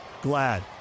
Glad